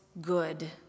good